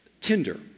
Tinder